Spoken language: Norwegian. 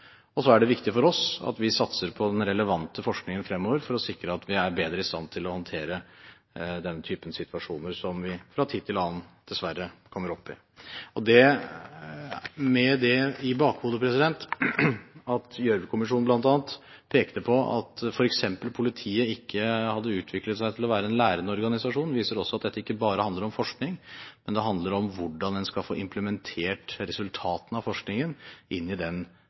er det viktig at vi satser på den relevante forskningen fremover for å sikre at vi er bedre i stand til å håndtere den typen situasjoner som vi fra tid til annen dessverre kommer opp i. Har man i bakhodet at Gjørvkommisjonen bl.a. pekte på at f.eks. politiet ikke hadde utviklet seg til å være en lærende organisasjon, viser det også at dette ikke bare handler om forskning, men om hvordan man skal få implementert resultatene av forskningen inn i den